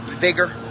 bigger